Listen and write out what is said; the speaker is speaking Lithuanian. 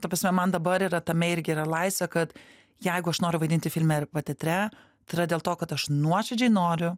ta prasme man dabar yra tame irgi yra laisvė kad jeigu aš noriu vaidinti filme arba teatre tai yra dėl to kad aš nuoširdžiai noriu